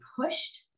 pushed